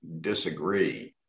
disagree